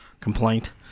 complaint